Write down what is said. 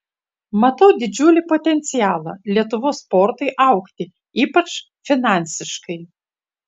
matau didžiulį potencialą lietuvos sportui augti ypač finansiškai